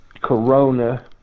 corona